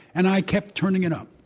and i kept turning it up,